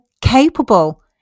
capable